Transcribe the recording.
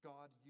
God